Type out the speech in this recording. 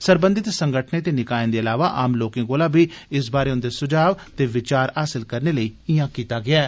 सरबंधित संगठनें ते निकाएं दे इलावा आम लोकें कोला बी इस बारे उन्दे सुझाव ते विचार हासल करने लेई इयां कीता गेआ ऐ